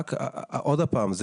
עוד פעם,